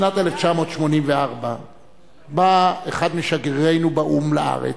בשנת 1984 בא אחד משגרירינו באו"ם לארץ,